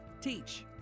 Teach